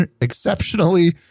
exceptionally